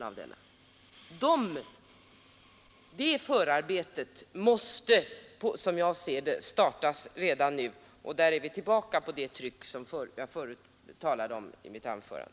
Förberedelserna för det arbetet måste som jag ser det startas redan nu, och då är vi tillbaka vid det tryck som jag förut talade om i mitt anförande.